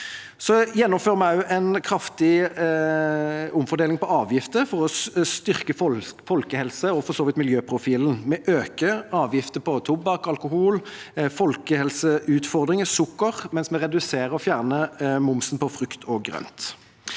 gjennomfører vi en kraftig omfordeling på avgifter for å styrke folkehelsen og for så vidt miljøprofilen. Vi øker avgifter på tobakk, alkohol og sukker – folkehelseutfordringer – mens vi reduserer og fjerner momsen på frukt og grønt.